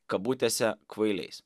kabutėse kvailiais